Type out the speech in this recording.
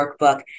workbook